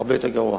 הרבה יותר גרוע.